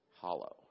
hollow